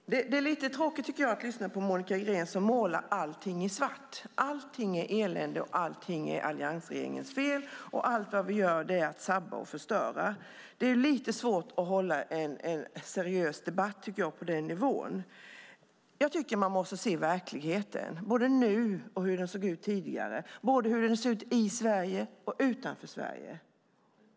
Herr talman! Det är lite tråkigt att lyssna på Monica Green, som målar allting i svart. Allting är elände, och allting är alliansregeringens fel. Allt vad vi gör är att sabba och förstöra. Det är lite svårt att hålla en seriös debatt på den nivån. Man måste se verkligheten, både nu och hur den såg ut tidigare, och både hur den ser ut i Sverige och utanför Sverige.